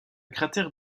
cratère